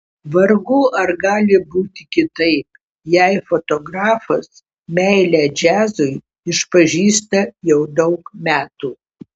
vargu ar gali būti kitaip jei fotografas meilę džiazui išpažįsta jau daug metų